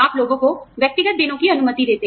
आप लोगों को व्यक्तिगत दिनों की अनुमति देते हैं